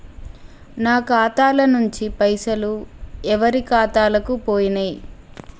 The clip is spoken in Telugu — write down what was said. నా ఖాతా ల నుంచి పైసలు ఎవరు ఖాతాలకు పోయినయ్?